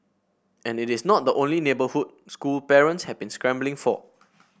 and it is not the only neighbourhood school parents have been scrambling for